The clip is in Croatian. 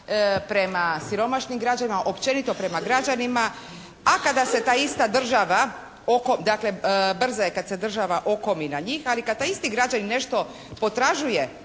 prema siromašnim građanima, općenito prema građanima, a kada se ta ista država oko, dakle brza je kada se država okomi na njih, ali kada taj isti građanin nešto potražuje